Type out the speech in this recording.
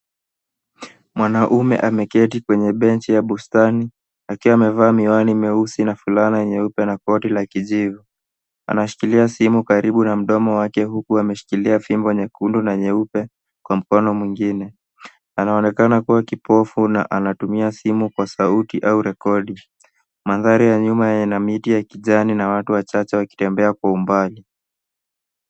Mwanaume ameketi kwenye benchi ya bustani akiwa amevaa miwani meusi na fulana nyeupe na koti la kijivu. Anashikilia simu karibu na mdomo wake huku ameshikilia fimbo nyekundu na nyeupe kwa mkono mwingine. Anaonekana kuwa kipofu na anatumia simu kwa sauti au rekodi. Mandhari ya nyuma yana miti ya kijani na watu wachache wakitembea kwa umbali.